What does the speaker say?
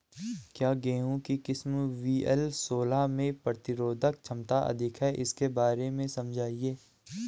क्या गेहूँ की किस्म वी.एल सोलह में प्रतिरोधक क्षमता अधिक है इसके बारे में समझाइये?